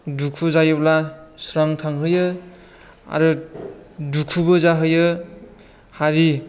दुखु जायोब्ला स्रां थांहोयो आरो दुखुबो जाहोयो हारि